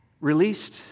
released